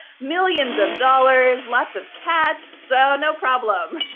millions of dollars, lots of cats, so no problem.